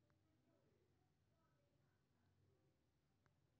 हर समूह मे प्राकृतिक आ सिंथेटिक हार्मोन होइ छै